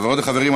חברות וחברים,